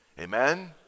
Amen